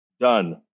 done